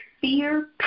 fear